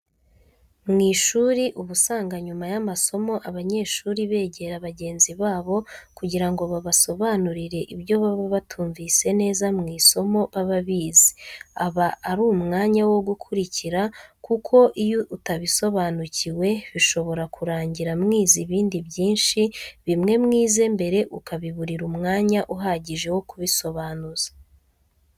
Mu ishuri uba usanga nyuma y'amasomo abanyeshuri begera bagenzi babo kugira ngo babasobanurire ibyo baba batumvise neza mu isomo baba bize, aba ari umwanya wo gukurikira, kuko iyo utabisobanukiwe bishobora kurangira mwize ibindi byinshi bimwe, mwize mbere ukabiburira umwanya uhagije wo kubisobanuza.